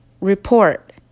report